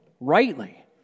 rightly